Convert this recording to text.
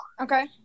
okay